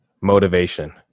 motivation